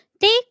Take